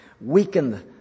weakened